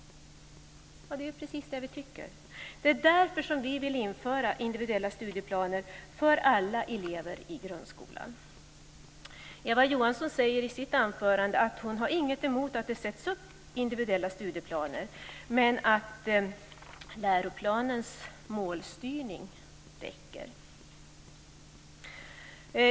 Ja, det är ju precis det som vi i Centerpartiet tycker. Det är därför som vi vill införa individuella studieplaner för alla elever i grundskolan. Eva Johansson säger i sitt anförande att hon inte har något emot att det upprättas individuella studieplaner, men att det räcker med läroplanens målstyrning.